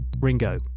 Ringo